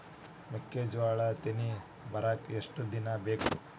ಮೆಕ್ಕೆಜೋಳಾ ತೆನಿ ಬರಾಕ್ ಎಷ್ಟ ದಿನ ಬೇಕ್?